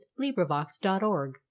LibriVox.org